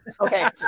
Okay